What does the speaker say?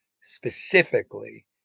specifically